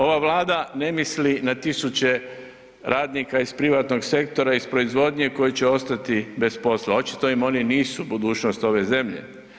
Ova Vlada ne misli na tisuće radnika iz privatnog sektora iz proizvodnje koji će ostati bez posla, očito im oni nisu budućnost ove zemlje.